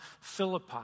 Philippi